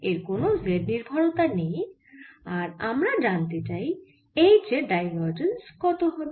এর কোন z নির্ভরতা নেই আর আমরা জানতে চাই H এর ডাইভারজেন্স কত হবে